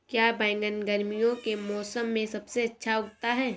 क्या बैगन गर्मियों के मौसम में सबसे अच्छा उगता है?